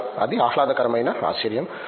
కాబట్టి అది ఆహ్లాదకరమైన ఆశ్చర్యం